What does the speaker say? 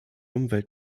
umwelt